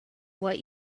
what